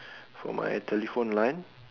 for my telephone line